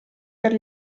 per